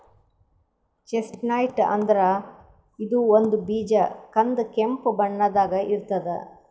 chestnut ಅಂದ್ರ ಇದು ಒಂದ್ ಬೀಜ ಕಂದ್ ಕೆಂಪ್ ಬಣ್ಣದಾಗ್ ಇರ್ತದ್